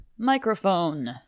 microphone